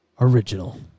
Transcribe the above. Original